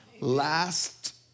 Last